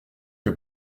que